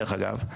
דרך אגב,